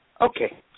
Okay